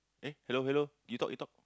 eh hello hello you talk you talk